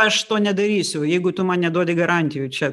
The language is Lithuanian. aš to nedarysiu jeigu tu man neduodi garantijų čia